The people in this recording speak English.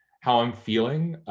how i'm feeling.